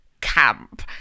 camp